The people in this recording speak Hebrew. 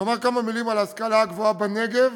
לומר כמה מילים על ההשכלה הגבוהה בנגב,